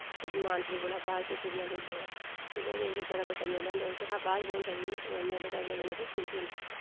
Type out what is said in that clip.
सुद्ध मानतलाई कोला बाद च एह् सुद्धमहादेव लगदा सुद्धमहादेव ते बड़ा बड्डा मेला होंदा उसदे हा बाद केह् होंदा कि मेले दे अगले दिन इत्थै शिंझ होंदी